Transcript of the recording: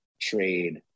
trade